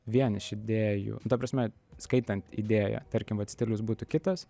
vien iš idėjų ta prasme skaitant idėją tarkim vat stilius būtų kitas